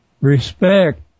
respect